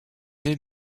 née